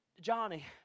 Johnny